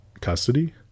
custody